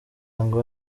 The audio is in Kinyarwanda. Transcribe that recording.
ngo